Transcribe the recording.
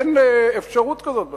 אין אפשרות כזאת בכלל.